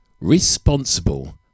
responsible